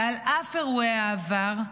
ועל אף אירועי העבר,